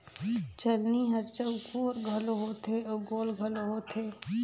चलनी हर चउकोर घलो होथे अउ गोल घलो होथे